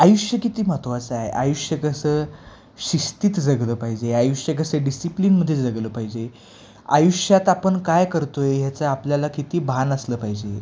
आयुष्य किती महत्त्वाचं आहेआयुष्य कसं शिस्तीत जगलं पाहिजे आयुष्य कसं डिसिप्लिनमध्ये जगलं पाहिजे आयुष्यात आपण काय करतो आहे ह्याचा आपल्याला किती भान असलं पाहिजे